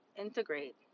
integrate